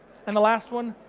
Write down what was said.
and the last one,